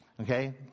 Okay